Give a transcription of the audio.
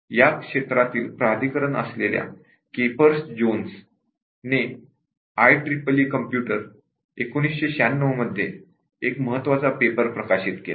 या क्षेत्रातील तज्ञ असलेल्या कॅपर्स जोन्स ने आयईईई कॉम्प्युटर 1996 मध्ये एक महत्त्वाचा पेपर प्रकाशित केला